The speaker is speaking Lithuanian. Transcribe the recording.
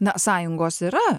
na sąjungos yra